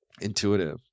Intuitive